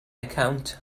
account